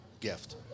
gift